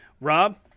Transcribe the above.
Rob